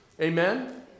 Amen